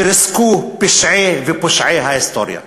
שריסקו פשעי ופושעי ההיסטוריה.